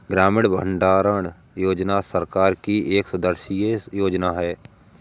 ग्रामीण भंडारण योजना सरकार की एक दूरदर्शी योजना है